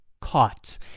caught